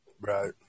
right